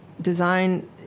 Design